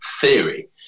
theory